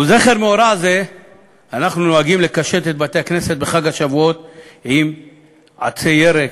לזכר מאורע זה אנו נוהגים לקשט את בתי-הכנסת בחג השבועות בעצי ירק,